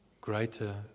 Greater